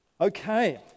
Okay